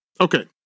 Okay